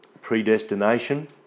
predestination